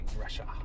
Russia